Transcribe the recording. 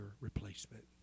replacement